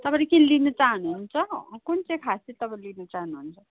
तपाईँले के लिनु चाहनुहुन्छ कुन चाहिँ खास चाहिँ लिनु चाहनुहुन्छ